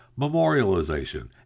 memorialization